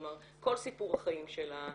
כלומר כל סיפור החיים שלה,